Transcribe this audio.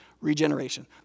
regeneration